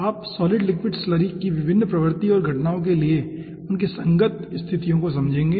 आप solid liquid slurry flow की विभिन्न प्रवृत्ति और घटनाओं के लिए उनकी संगत स्थितियों को समझेंगे